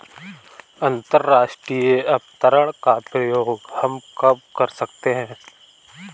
अंतर्राष्ट्रीय अंतरण का प्रयोग हम कब कर सकते हैं?